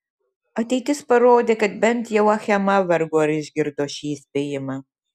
ateitis parodė kad bent jau achema vargu ar išgirdo šį įspėjimą